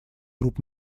групп